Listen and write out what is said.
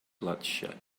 bloodshed